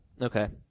Okay